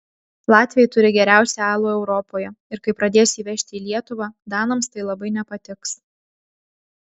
latviai turi geriausią alų europoje ir kai pradės jį vežti į lietuvą danams tai labai nepatiks